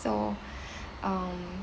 so um